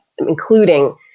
including